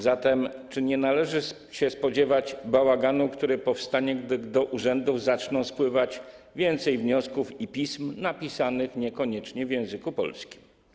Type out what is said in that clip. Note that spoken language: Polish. Zatem czy nie należy się spodziewać bałaganu, który powstanie, gdy do urzędów zacznie spływać więcej wniosków i pism, napisanych niekoniecznie w języku polskim?